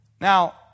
Now